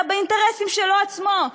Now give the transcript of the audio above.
אלא באינטרסים שלו עצמו,